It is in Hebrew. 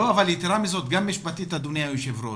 לא, אבל יתרה מזאת, גם משפטית אדוני היושב-ראש,